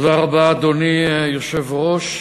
אדוני היושב-ראש,